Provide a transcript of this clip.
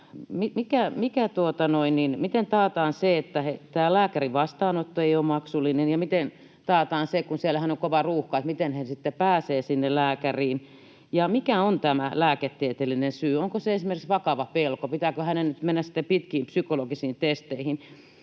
Miten taataan se, että tämä lääkärin vastaanotto ei ole maksullinen? Miten taataan se, kun siellähän on kova ruuhka, että he sitten pääsevät sinne lääkäriin? Ja mikä on tämä lääketieteellinen syy: onko se esimerkiksi vakava pelko, pitääkö hänen nyt mennä sitten pitkiin psykologisiin testeihin?